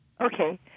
Okay